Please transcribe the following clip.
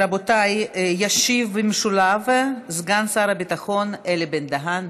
רבותיי, ישיב במשולב סגן שר הביטחון אלי בן-דהן.